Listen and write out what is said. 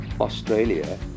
Australia